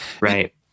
right